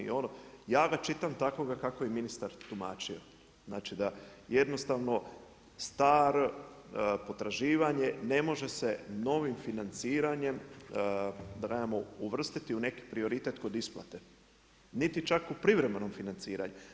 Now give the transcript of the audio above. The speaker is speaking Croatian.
Ja ga čitam takvoga kako je ministar tumačio, znači da jednostavno staro potraživanje ne može se novim financiranjem da kažemo uvrstiti u neki prioritet kod isplate niti čak u privremenom financiranju.